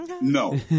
No